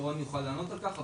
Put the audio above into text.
ירון יוכל לענות על כך.